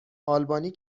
آلبانی